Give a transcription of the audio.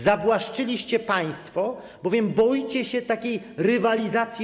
Zawłaszczyliście państwo, bowiem boicie się równej rywalizacji.